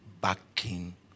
backing